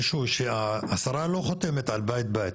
השרה לא חותמת על בית-בית,